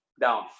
down